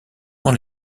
dans